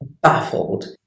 baffled